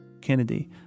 kennedy